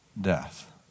death